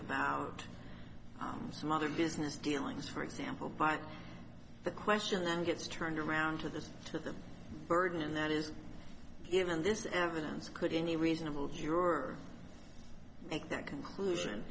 about some other business dealings for example by the question then gets turned around to the to the burden that is given this evidence could any reasonable juror make that conclusion